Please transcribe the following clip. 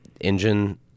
engine